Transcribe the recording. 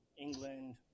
England